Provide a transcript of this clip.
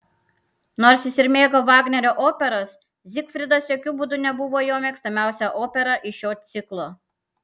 nors jis ir mėgo vagnerio operas zigfridas jokiu būdu nebuvo jo mėgstamiausia opera iš šio ciklo